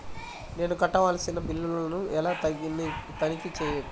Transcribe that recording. నేను కట్టవలసిన బిల్లులను ఎలా తనిఖీ చెయ్యవచ్చు?